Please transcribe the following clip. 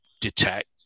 detect